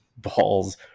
Balls